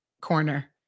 corner